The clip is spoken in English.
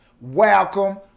welcome